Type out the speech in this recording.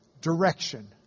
direction